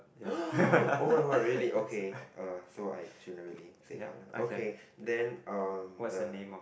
oh my god really okay uh so I generally say colour okay then um the